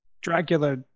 Dracula